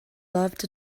loved